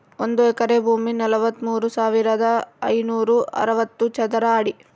ಒಂದು ಎಕರೆ ಭೂಮಿ ನಲವತ್ಮೂರು ಸಾವಿರದ ಐನೂರ ಅರವತ್ತು ಚದರ ಅಡಿ